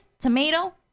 tomato